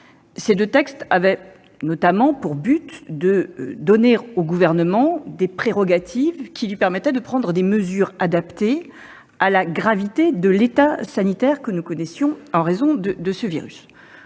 Ces deux textes avaient notamment pour objet de donner au Gouvernement des prérogatives lui permettant de prendre des mesures adaptées à la gravité de la situation sanitaire que nous connaissions, en raison de la